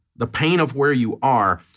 the pain of where you are,